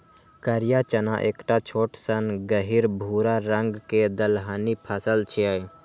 करिया चना एकटा छोट सन गहींर भूरा रंग के दलहनी फसल छियै